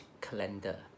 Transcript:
calendar